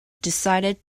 decided